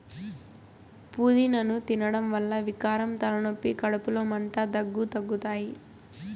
పూదినను తినడం వల్ల వికారం, తలనొప్పి, కడుపులో మంట, దగ్గు తగ్గుతాయి